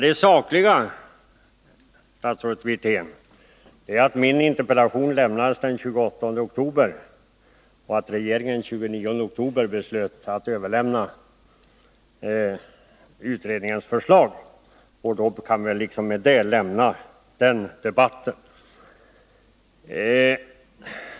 Det sakliga, statsrådet Wirtén, är att min interpellation lämnades den 28 oktober och att regeringen den 29 oktober beslöt att överlämna utredningens förslag. Då kan vi med det lämna den debatten.